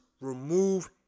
remove